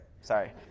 Sorry